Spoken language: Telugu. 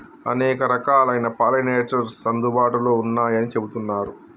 అనేక రకాలైన పాలినేటర్స్ అందుబాటులో ఉన్నయ్యని చెబుతున్నరు